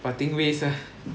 parting ways ah